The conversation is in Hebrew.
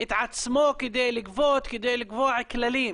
את עצמו כדי לגבות, כדי לקבוע כללים.